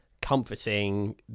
comforting